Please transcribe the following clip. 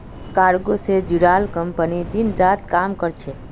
cargo से जुड़ाल company दिन रात काम कर छे